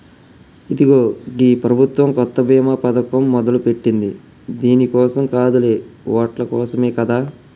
ఇదిగో గీ ప్రభుత్వం కొత్త బీమా పథకం మొదలెట్టింది దీని కోసం కాదులే ఓట్ల కోసమే కదా